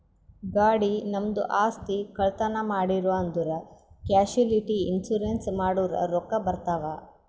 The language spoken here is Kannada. ಗಾಡಿ, ನಮ್ದು ಆಸ್ತಿ, ಕಳ್ತನ್ ಮಾಡಿರೂ ಅಂದುರ್ ಕ್ಯಾಶುಲಿಟಿ ಇನ್ಸೂರೆನ್ಸ್ ಮಾಡುರ್ ರೊಕ್ಕಾ ಬರ್ತಾವ್